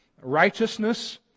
Righteousness